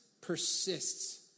persists